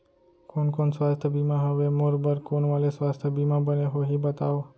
कोन कोन स्वास्थ्य बीमा हवे, मोर बर कोन वाले स्वास्थ बीमा बने होही बताव?